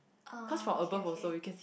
uh okay okay